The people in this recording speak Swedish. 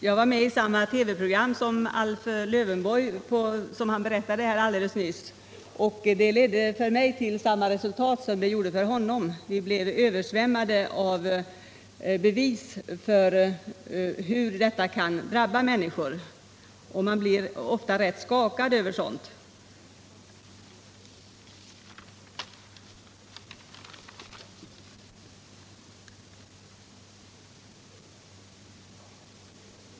Jag var med i samma TV-program som AIf Lövenborg berättade om nyss, och det ledde för mig till samma resultat som det gjorde för honom: vi blev översvämmade av bevis för hur detta kan drabba människor, och man blir ofta rätt skakad av sådant.